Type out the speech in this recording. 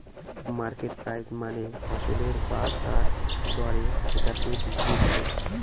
market price মানে ফসলের বাজার দরে যেটাতে বিক্রি করে